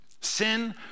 Sin